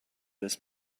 this